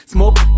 Smoke